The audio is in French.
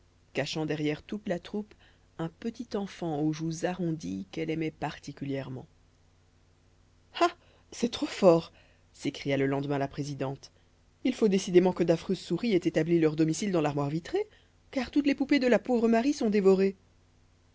cachant derrière toute la troupe un petit enfant aux joues arrondies qu'elle aimait particulièrement ah c'est trop fort s'écria le lendemain la présidente il faut décidément que d'affreuses souris aient établi leur domicile dans l'armoire vitrée car toutes les poupées de la pauvre marie sont dévorées